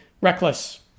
reckless